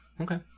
Okay